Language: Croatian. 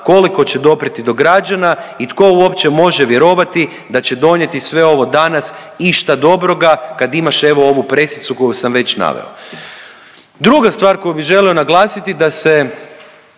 koliko će doprijeti do građana i tko uopće može vjerovati da će donijeti sve ovo danas išta dobroga kad imaš evo ovu pressicu koju sam već naveo. Druga stvar koju bi želio naglasiti da se,